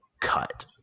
cut